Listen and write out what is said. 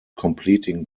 completing